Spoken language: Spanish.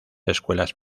escuelas